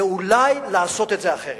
ואולי לעשות את זה אחרת.